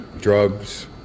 drugs